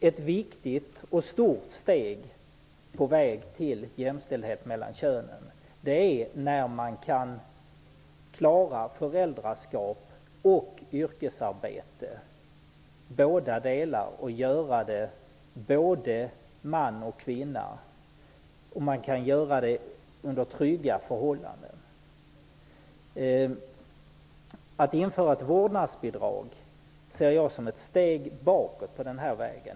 Ett viktigt och stort steg på vägen mot jämställdhet mellan könen är när både man och kvinna kan klara föräldraskap och yrkesarbete under trygga förhållanden. Att införa ett vårdnadsbidrag ser jag som ett steg bakåt på denna väg.